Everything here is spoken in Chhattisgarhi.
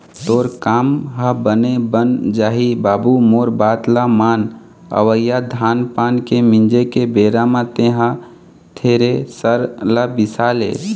तोर काम ह बने बन जाही बाबू मोर बात ल मान अवइया धान पान के मिंजे के बेरा म तेंहा थेरेसर ल बिसा ले